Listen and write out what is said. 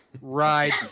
ride